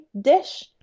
dish